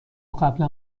قبلا